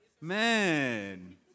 man